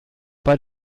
bei